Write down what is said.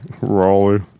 Raleigh